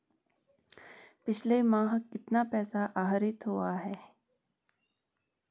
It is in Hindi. पिछले माह कितना पैसा आहरित हुआ है?